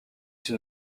une